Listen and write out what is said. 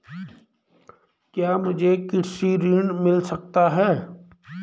क्या मुझे कृषि ऋण मिल सकता है?